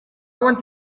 want